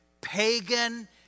pagan